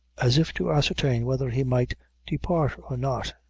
as if to ascertain whether he might depart or not.